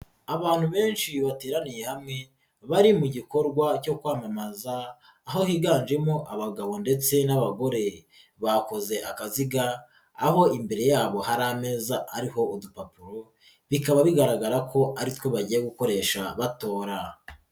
Abantu benshi bateraniye hamwe bari mu gikorwa cyo kwamamaza aho higanjemo abagabo ndetse n'abagore, bakoze akaziga aho imbere yabo hari ameza ariko udupapuro bikaba bigaragara ko ari two bagiye gukoresha batora.